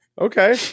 Okay